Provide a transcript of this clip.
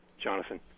Jonathan